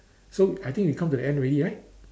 so I think we come to the end already right